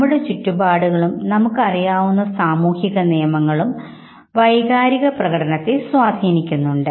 നമ്മുടെ ചുറ്റുപാടുകളും നമുക്ക് അറിയാവുന്ന സാമൂഹിക നിയമങ്ങളും ആളും വൈകാരിക പ്രകടനത്തെ സ്വാധീനിക്കുന്നുണ്ട്